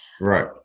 right